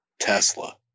Tesla